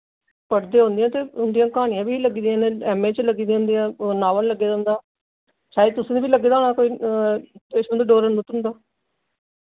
पढ़दे ओ उं'दियां ते उं'दियां क्हानियां बी लग्गी दियां न ऐम्म ए च लग्गी दियां उं'दियां नावल लग्गे दा उं'दा शायद तुसें गी बी लग्गे दा होना किश उं'दा डोगरा नूतन हुंदा